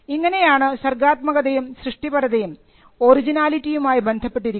ഇങ്ങനെയാണ് സർഗാത്മകതയും സൃഷ്ടിപരതയും ഒറിജിനാലിറ്റിയുമായി ബന്ധപ്പെട്ടിരിക്കുന്നത്